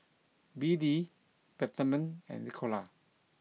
B D Peptamen and Ricola